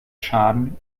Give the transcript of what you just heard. schaden